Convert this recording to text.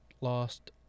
lost